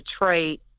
Detroit